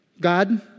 God